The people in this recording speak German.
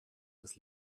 des